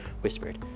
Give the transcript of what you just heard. whispered